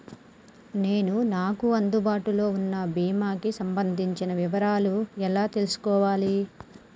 నేను నాకు అందుబాటులో ఉన్న బీమా కి సంబంధించిన వివరాలు ఎలా తెలుసుకోవాలి?